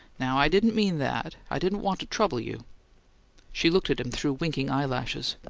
now, i didn't mean that i didn't want to trouble you she looked at him through winking eyelashes.